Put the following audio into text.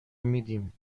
میدیم